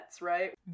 right